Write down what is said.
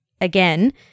again